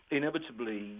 inevitably